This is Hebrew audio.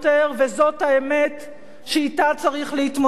וזאת האמת שאתה צריך להתמודד.